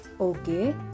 Okay